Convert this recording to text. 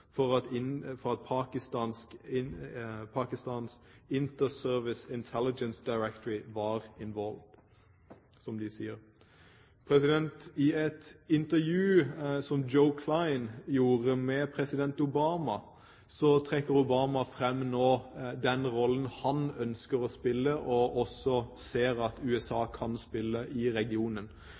for at Pakistans Inter-Services Intelligence Directorate var «involved», som de sier. I et intervju Joe Klein gjorde med president Obama, trekker Obama nå frem den rollen han ønsker å spille, og ser også at USA kan spille en rolle i regionen.